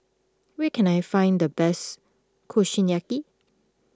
where can I find the best Kushiyaki